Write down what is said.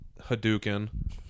Hadouken